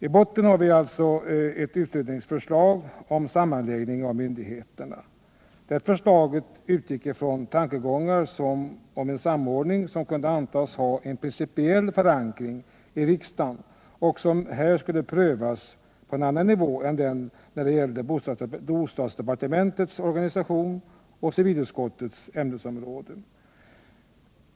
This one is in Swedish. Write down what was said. I botten har vi alltså ett utredningsförslag om sammanläggning av myndigheterna. Det förslaget utgick från tankegångar om en samordning som kunde antas ha en principiell förankring i riksdagen och som här skulle prövas på en annan nivå än när det gäller bostadsdepartementets organisation och civilutskottets ämnesområde.